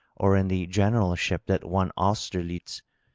or in the generalship that won austerlitz,